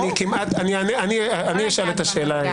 אני אשאל את השאלה.